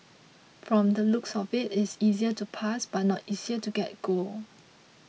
from the looks of it it is easier to pass but not easier to get gold